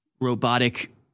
robotic